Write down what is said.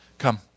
come